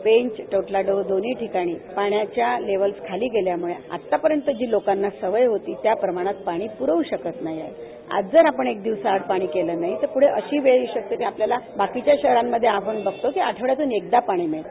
पेंच तोतलाडोह दोन्ही ठिकाणी पाण्याची लेव्हल्स खाली गेल्यामुळं आतापर्यंत जी लोकांना सक्य होती त्याप्रमाणात पाणी पुरवू क्रित नाही आज जर आपण एक दिवसाआड पाणी केलं नाही तर पुढं अश्री वेळ येऊ क्रित क्री आपल्याला वाकीच्या ाहरांमध्ये आपण बषतो की आठवडचातून एकदा पाणी मिळते